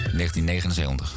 1979